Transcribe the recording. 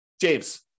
James